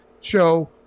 show